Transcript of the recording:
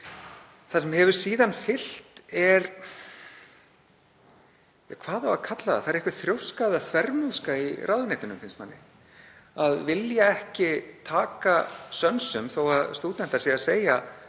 Það sem hefur síðan fylgt er, hvað á að kalla það? Það er einhver þrjóska eða þvermóðska í ráðuneytinu, finnst manni, að vilja ekki taka sönsum þó að stúdentar séu alltaf